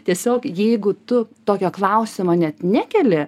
tiesiog jeigu tu tokio klausimo net nekeli